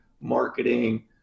marketing